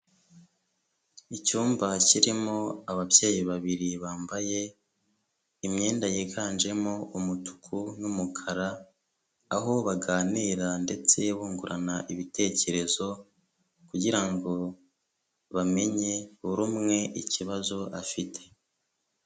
Icyumba kirimo ababyeyi babiri bambaye imyenda yiganjemo umutuku n'umukara, aho baganira ndetse bungurana ibitekerezo kugira ngo bamenye buri umwe ikibazo afite.